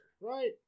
Right